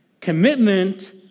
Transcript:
Commitment